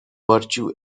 virtue